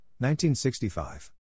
1965